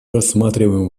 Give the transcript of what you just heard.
рассматриваем